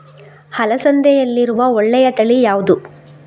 ಅಲಸಂದೆಯಲ್ಲಿರುವ ಒಳ್ಳೆಯ ತಳಿ ಯಾವ್ದು?